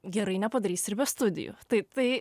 gerai nepadarysi ir be studijų taip tai